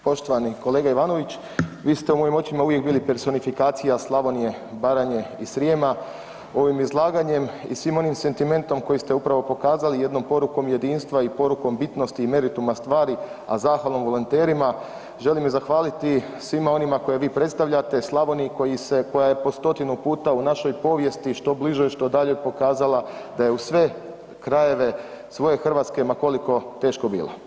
Poštovani kolega Ivanović vi ste u mojim očima uvijek bili personifikacija Slavonije, Baranje i Srijema, ovim izlaganjem i svim onim sentimentom koji ste upravo pokazali jednom porukom jedinstva i porukom bitnosti i merituma stvari, a zahvalom volonterima želim i zahvaliti svima onima koje vi predstavljate Slavoniji koja je po 100-tinu puta u našoj povijesti što bližoj, što daljoj pokazala da je uz sve krajeve svoj Hrvatske ma koliko teško bilo.